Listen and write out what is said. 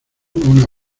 una